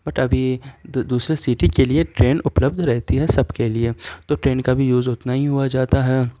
but ابھی دوسرے city کے لیے ٹرین اپلبدھ رہتی ہے سب کے لیے تو ٹرین کا بھی یوز اتنا ہی ہوا جاتا ہے